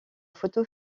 photo